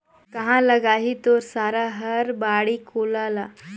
काँहा लगाही तोर सारा हर बाड़ी कोला ल